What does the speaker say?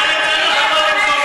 כמה בדיוק,